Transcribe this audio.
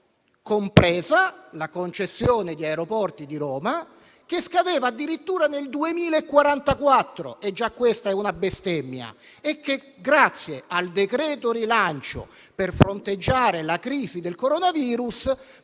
compresa la concessione di Aeroporti di Roma che scadeva addirittura nel 2044 - già questa è una bestemmia - e che grazie al citato decreto-legge, per fronteggiare la crisi del coronavirus,